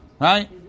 right